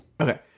Okay